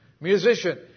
musician